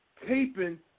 taping